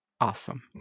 Awesome